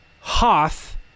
Hoth